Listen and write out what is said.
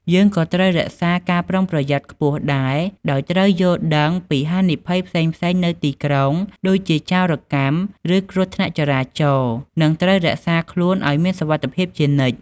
យើងក៏ត្រូវរក្សាការប្រុងប្រយ័ត្នខ្ពស់ដែរ ដោយត្រូវយល់ដឹងពីហានិភ័យផ្សេងៗនៅទីក្រុង ដូចជាចោរកម្ម ឬគ្រោះថ្នាក់ចរាចរណ៍ និងត្រូវរក្សាខ្លួនឲ្យមានសុវត្ថិភាពជានិច្ច។